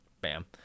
Bam